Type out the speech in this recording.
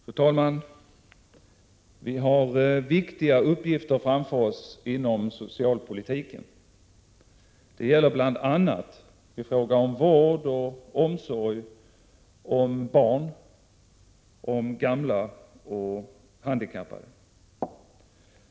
Fru talman! Vi har viktiga uppgifter framför oss inom socialpolitiken. Det gäller bl.a. i fråga om vård av och omsorg om barn, om gamla och om handikappade.